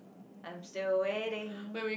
I'm still waiting